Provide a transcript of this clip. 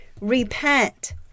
Repent